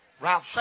Ralph